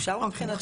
אפשר מבחינתנו.